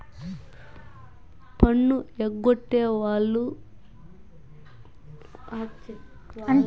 పన్ను ఎగ్గొట్టే వాళ్ళ మీద ఇన్కంటాక్స్ అధికారులు నిఘా పెడతారు